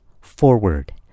forward